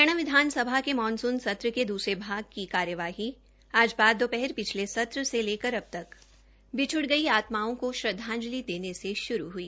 हरियाणा विधानसभा के मानसून सत्र के द्रसरे भाग का कार्यवाही आज बाद दोपहर पिछले सत्र से लेकर अबतक बिछ्ड़ गई आत्माओं को श्रद्धांजलि देने से श्रू हई